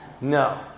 No